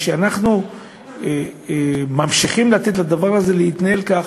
וכשאנחנו ממשיכים לתת לדבר הזה להתנהל כך,